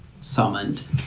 summoned